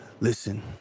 listen